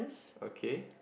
okay